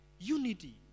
Unity